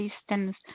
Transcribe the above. systems